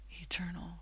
eternal